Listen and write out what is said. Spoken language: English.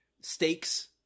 stakes